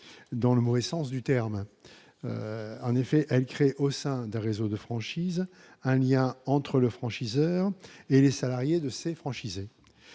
dans le mauvais sens du terme, en effet, elle crée au sein d'un réseau de franchise, un lien entre le franchiseur, les salariés de ses franchisés,